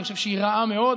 אני חושב שהיא רעה מאוד.